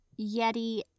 Yeti